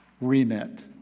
remit